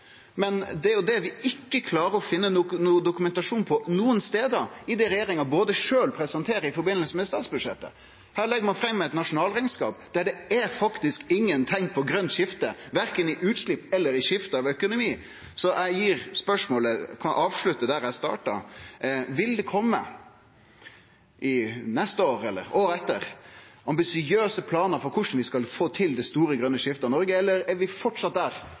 Men det er jo det vi ikkje klarer å finne noko dokumentasjon på nokon stad i det regjeringa sjølv presenterer i forbindelse med statsbudsjettet. Her legg ein fram ein nasjonalrekneskap der det faktisk ikkje er nokon teikn på grønt skifte, verken i utslepp eller i skifte av økonomi. Så eg kan avslutte spørsmålet der eg starta: Vil det kome – neste år eller året etter – ambisiøse planar for korleis vi skal få til det store grøne skiftet av Norge, eller er vi framleis der